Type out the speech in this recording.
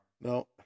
No